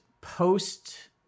post